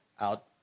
out